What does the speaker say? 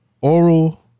oral